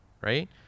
right